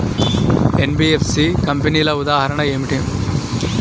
NBFC కంపెనీల ఉదాహరణ ఏమిటి?